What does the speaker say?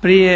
Prije